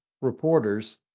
reporters